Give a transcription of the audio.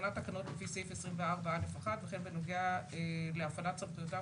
והתקנת תקנות לפי סעיף 24(א1) וכן בנוגע להפעלת סמכויותיו